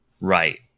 Right